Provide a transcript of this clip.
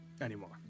anymore